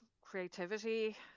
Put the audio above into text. creativity